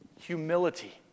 Humility